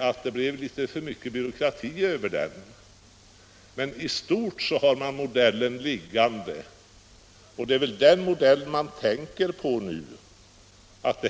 att det blev för mycket byråkrati. I stort har man dock modellen klar, och det är väl den modellen man tänker på nu.